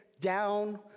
down